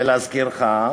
ולהזכירך,